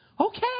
okay